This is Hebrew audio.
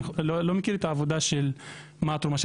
אני לא מכיר את העבודה של מה התרומה של